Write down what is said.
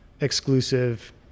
exclusive